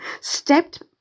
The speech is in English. stepped